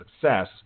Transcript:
success